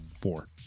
Four